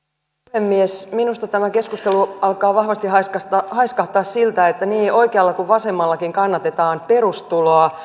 puhemies minusta tämä keskustelu alkaa vahvasti haiskahtaa haiskahtaa siltä että niin oikealla kuin vasemmallakin kannatetaan perustuloa